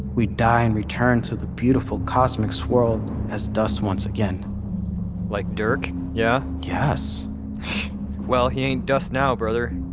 we die and return to the beautiful cosmic swirl as dust once again like dirk, yeah? yes well he ain't dust now, brother.